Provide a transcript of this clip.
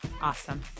Awesome